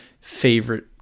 favorite